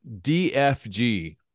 DFG